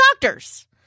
doctors